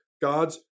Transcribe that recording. God's